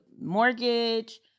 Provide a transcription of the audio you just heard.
mortgage